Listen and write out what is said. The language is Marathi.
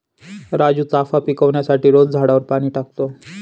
राजू चाफा पिकवण्यासाठी रोज झाडावर पाणी टाकतो